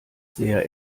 sehr